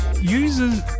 users